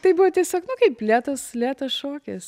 tai buvo tiesiog nu kaip lėtas lėtas šokis